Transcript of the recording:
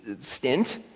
stint